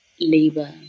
labor